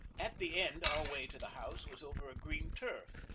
at the end our way to the house was over a green turf,